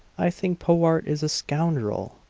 i think powart is a scoundrel!